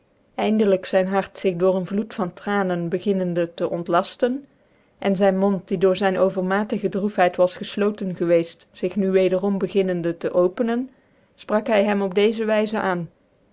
eindelijk zyn hart zig door een vloed van tranen beginnende te ontladen en zyn mond die door zvn overmatige droctheit was gcllotcn gewceft zig nu wederom beginnende tc openen lprak hy hem op deeze wyzc aan